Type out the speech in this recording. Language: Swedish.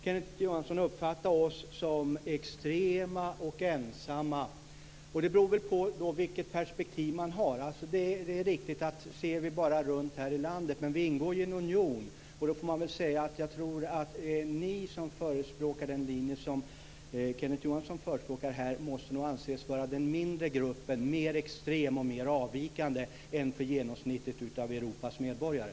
Kenneth Johansson må uppfatta oss som extrema och ensamma. Det beror på vilket perspektiv man har. Det är riktigt av vi är ensamma om vi bara ser oss omkring här i landet, men vi ingår ju i en union. Jag tror att ni som förespråkar den linje som Kenneth Johansson förespråkar måste anses vara den mindre gruppen - mer extrem och mer avvikande än genomsnittet av Europas medborgare.